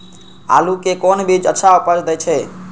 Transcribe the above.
आलू के कोन बीज अच्छा उपज दे छे?